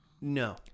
No